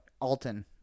Alton